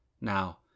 Now